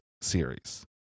series